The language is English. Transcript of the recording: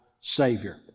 Savior